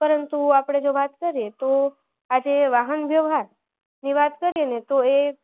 પરંતુ આપણે જો વાત કરીએ તો આજે વાહન વ્યવહારની વાત કરીએ ને તો એ